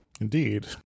Indeed